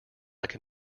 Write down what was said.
like